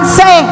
say